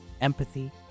empathy